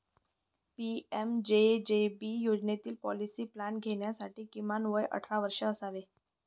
PMJJB योजनेतील policy plan घेण्यासाठी किमान वय अठरा वर्षे असावे